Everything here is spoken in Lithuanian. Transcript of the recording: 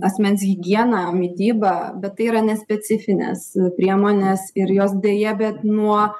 asmens higiena mityba bet tai yra nespecifinės priemonės ir jos deja bet nuo